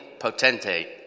Potentate